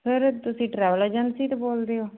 sir ਤੁਸੀਂ travel agency ਤੋਂ ਬੋਲਦੇ ਹੋ